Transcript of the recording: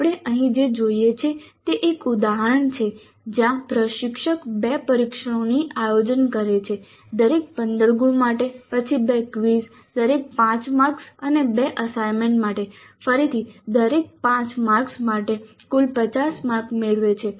આપણે અહીં જે જોઈએ છીએ તે એક ઉદાહરણ છે જ્યાં પ્રશિક્ષક 2 પરીક્ષણોનું આયોજન કરે છે દરેક 15 ગુણ માટે પછી 2 ક્વિઝ દરેક 5 માર્ક્સ અને 2 અસાઇનમેન્ટ માટે ફરીથી દરેક 5 માર્ક્સ માટે કુલ 50 માર્ક્સ મેળવે છે